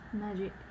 magic